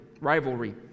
rivalry